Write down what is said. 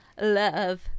Love